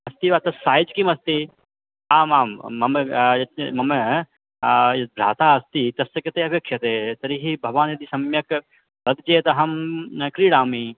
अस्ति वा तत् सैज् किमस्ती आमां मम यत् मम यत् भ्राता अस्ति तस्य कृते अपेक्षते तर्हि भवान् यदि सम्यक् करति चेत् अहं न क्रीणामि